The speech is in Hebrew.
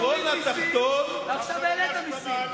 אמרת שתוריד מסים, ועכשיו העלית מסים.